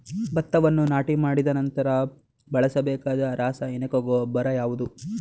ಭತ್ತವನ್ನು ನಾಟಿ ಮಾಡಿದ ನಂತರ ಬಳಸಬೇಕಾದ ರಾಸಾಯನಿಕ ಗೊಬ್ಬರ ಯಾವುದು?